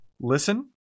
listen